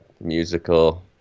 musical